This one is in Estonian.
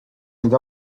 nüüd